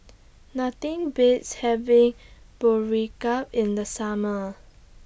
Nothing Beats having in The Summer